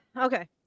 Okay